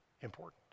important